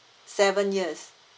seven years